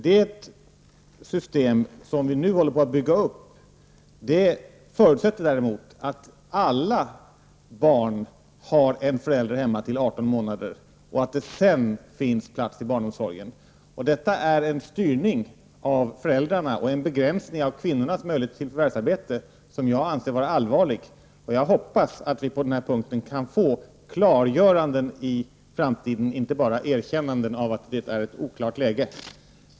Det system som vi nu håller på att bygga upp förutsätter däremot att alla barn har en förälder hemma fram till 18 månaders ålder och att det sedan finns plats i barnomsorgen. Detta är en styrning av föräldrarna och en begränsning kvinnornas möjligheter till förvärvsarbete som jag anser vara allvarlig. Jag hoppas att vi på den punkten i framtiden kan få klargöranden och inte bara erkännanden av att läget oklart.